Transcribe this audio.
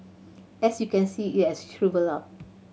as you can see it has shrivelled up